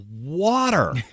water